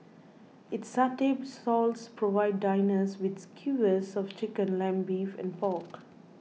its satay stalls provide diners with skewers of chicken lamb beef and pork